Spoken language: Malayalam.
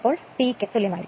അതിനാൽ A P